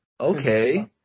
okay